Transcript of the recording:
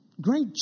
Great